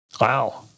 Wow